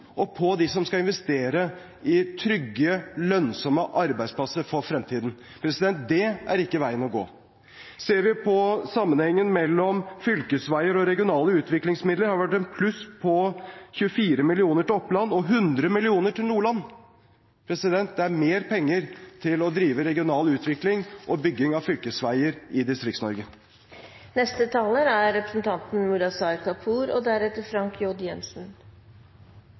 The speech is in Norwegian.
og på dem som skal investere i trygge, lønnsomme arbeidsplasser for fremtiden. Det er ikke veien å gå. Ser vi på sammenhengen mellom fylkesveier og regionale utviklingsmidler, har det vært en pluss på 24 mill. kr til Oppland og 100 mill. kr til Nordland. Det er mer penger til å drive regional utvikling og bygging av fylkesveier i Distrikts-Norge. Det er ofte sånn at når man er i samme sal som Arbeiderpartiet og